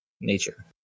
nature